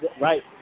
right